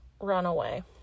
runaway